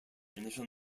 initial